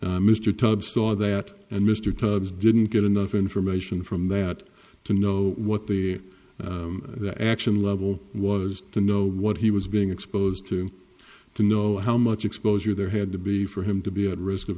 mr tubbs saw that and mr tubbs didn't get enough information from that to know what the action level was to know what he was being exposed to to know how much exposure there had to be for him to be at risk of